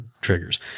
triggers